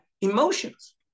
Emotions